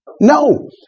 No